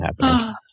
happening